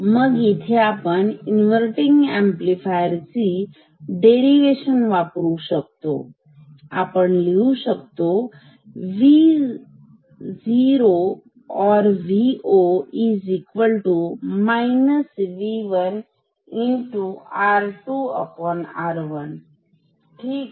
मग येथे आपण इन्वर्तींग अंपलिफायर ची डेरिवेशन वापरू शकतो आणि लिहू शकतो V0 V1 R2R1 ठीक